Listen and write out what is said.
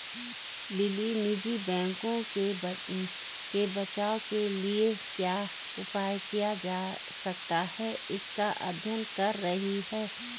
lily निजी बैंकों के बचाव के लिए क्या उपाय किया जा सकता है इसका अध्ययन कर रही है